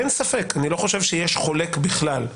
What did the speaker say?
אין ספק, אני לא חושב שיש חולק בכלל.